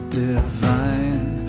divine